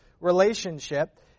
relationship